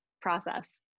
process